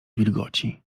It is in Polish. wilgoci